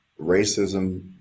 racism